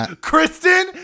Kristen